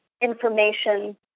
information